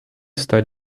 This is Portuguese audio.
está